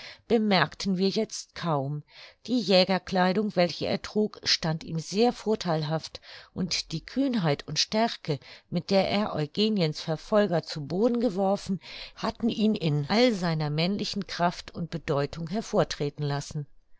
bemerkten wir jetzt kaum die jägerkleidung welche er trug stand ihm sehr vortheilhaft und die kühnheit und stärke mit der er eugeniens verfolger zu boden geworfen hatten ihn in all seiner männlichen kraft und bedeutung hervortreten lassen